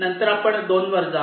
नंतर आपण 2 वर जा